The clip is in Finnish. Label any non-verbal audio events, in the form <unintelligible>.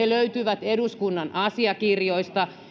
<unintelligible> löytyvät eduskunnan asiakirjoista